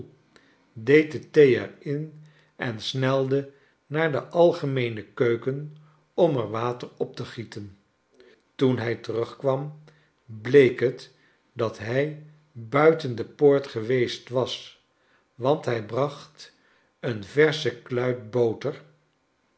de thee er in en snelde naar de algemeene keuken om er water op te gieten toen hij terugkwam bleek het dat hij buiten de poort geweest was want hij bracht een versche kluit boter